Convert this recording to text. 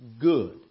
good